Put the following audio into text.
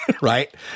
Right